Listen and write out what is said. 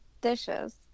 dishes